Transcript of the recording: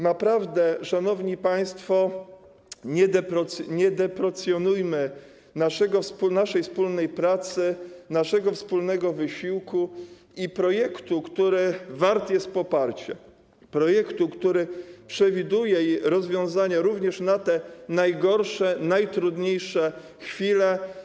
Naprawdę, szanowni państwo, nie deprecjonujmy naszej wspólnej pracy, naszego wspólnego wysiłku i projektu, który wart jest poparcia, projektu, który przewiduje rozwiązania również na te najgorsze, najtrudniejsze chwile.